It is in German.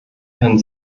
herrn